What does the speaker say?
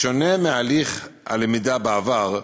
בשונה מהליך הלמידה בעבר,